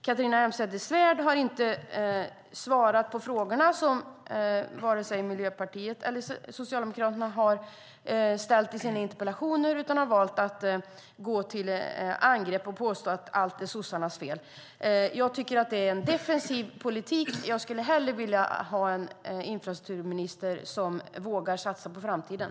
Catharina Elmsäter-Svärd har inte svarat på de frågor som Miljöpartiet och Socialdemokraterna har ställt i sina interpellationer utan har valt att gå till angrepp och påstå att allt är sossarnas fel. Jag tycker att det är en defensiv politik. Jag skulle hellre vilja ha en infrastrukturminister som vågar satsa på framtiden.